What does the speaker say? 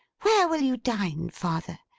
where will you dine, father?